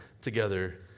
together